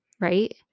right